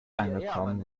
angekommen